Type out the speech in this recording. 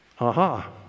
Aha